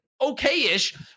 okay-ish